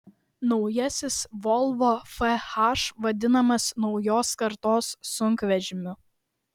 naujasis volvo fh vadinamas naujos kartos sunkvežimiu